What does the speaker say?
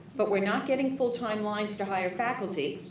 but we're not getting full timelines to hire faculty,